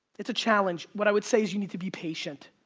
it's a challenge. what i would say is you need to be patient,